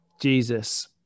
Jesus